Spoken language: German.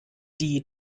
die